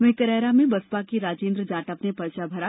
वहीं करेरा में बसपा के राजेन्द्र जाटव ने पर्चा भरा